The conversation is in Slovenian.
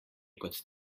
kot